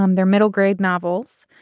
um they're middle grade novels.